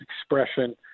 expression